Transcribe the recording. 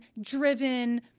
driven